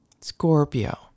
Scorpio